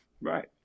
Right